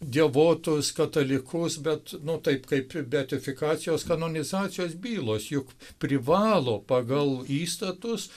dievotus katalikus bet nu taip kaip beatifikacijos kanonizacijos bylos juk privalo pagal įstatus